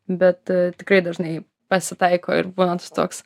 bet tikrai dažnai pasitaiko ir būna tas toks